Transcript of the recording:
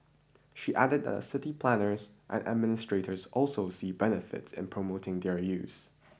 she added that city planners and administrators also see benefits in promoting their use